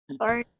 Sorry